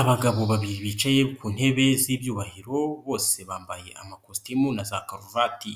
Abagabo babiri bicaye ku ntebe z'ibyubahiro bose bambaye amakositimu na za karuvati.